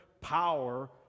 power